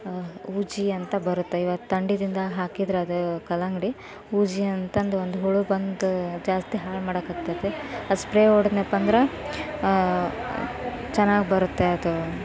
ಹೂಜಿ ಅಂತ ಬರುತ್ತೆ ಇವಾಗ ತಂಡಿಯಿಂದ ಹಾಕಿದ್ರೆ ಅದು ಕಲ್ಲಂಗಡಿ ಹೂಜಿ ಅಂತಂದು ಒಂದು ಹುಳು ಬಂದು ಜಾಸ್ತಿ ಹಾಳು ಮಾಡೋಕೆ ಹತ್ತೈತಿ ಅದು ಸ್ಪ್ರೇ ಹೊಡೆದ್ನಪ್ಪ ಅಂದ್ರೆ ಚೆನ್ನಾಗಿ ಬರುತ್ತೆ ಅದು